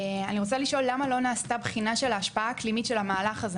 אני רוצה לשאול למה לא נעשתה בחינה של ההשפעה האקלימית של המהלך הזה?